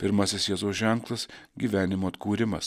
pirmasis jėzaus ženklas gyvenimo atkūrimas